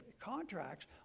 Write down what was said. contracts